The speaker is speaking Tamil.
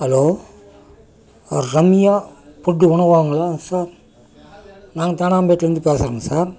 ஹலோ ரம்யா ஃபுட்டு உணவகங்களா சார் நாங்கள் தேனாம்பேட்டைலருந்து பேசுகிறோங்க சார்